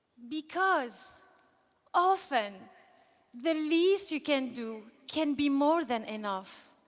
because often the least you can do can be more than enough.